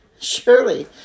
Surely